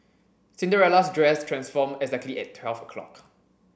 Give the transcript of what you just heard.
Cinderella's dress transformed exactly at twelve o' clock